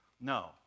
No